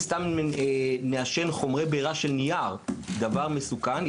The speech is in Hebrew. אלה חומרי בערה של נייר היא דבר מסוכן.